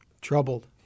Troubled